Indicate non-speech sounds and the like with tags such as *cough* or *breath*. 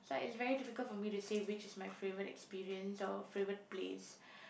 like it's very difficult for me to say which is my favourite experience or favourite place *breath*